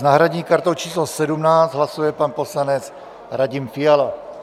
S náhradní kartou číslo 17 hlasuje pan poslanec Radim Fiala.